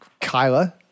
Kyla